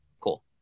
cool